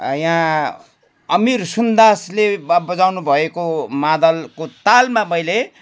यहाँ अमीर सुन्दासले बा बजाउनु भएको मादलको तालमा मैले